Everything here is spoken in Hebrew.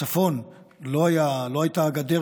בצפון לא הייתה גדר,